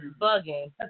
bugging